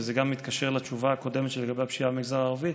וזה גם מתקשר לתשובה הקודמת שלי לגבי הפשיעה במגזר הערבי: